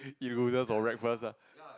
you first lah